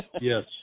Yes